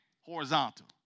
horizontal